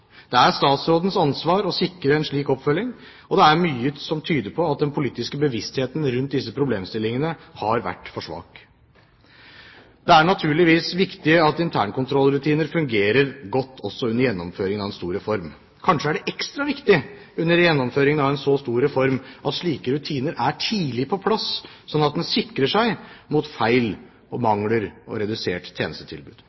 Det er statsrådens ansvar å sikre en slik oppfølging. Det er mye som tyder på at den politiske bevisstheten rundt disse problemstillingene har vært for svak. Det er naturligvis viktig at internkontrollrutiner fungerer godt også under gjennomføringen av en stor reform. Kanskje er det ekstra viktig under gjennomføringen av en så stor reform at slike rutiner er tidlig på plass, sånn at en sikrer seg mot feil, mangler og